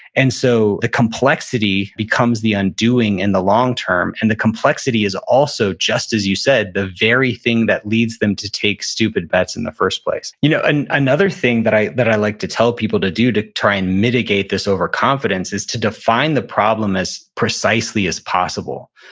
and so the complexity becomes the undoing in the long term and the complexity is also, just as you said, the very thing that leads them to take stupid bets in the first place you know and another thing that i that i like to tell people to do to try and mitigate this overconfidence is to define the problem as precisely as possible,